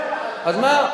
אז מה?